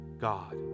God